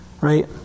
Right